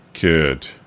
good